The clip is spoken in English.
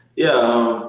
yeah,